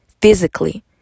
physically